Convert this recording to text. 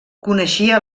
coneixia